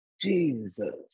Jesus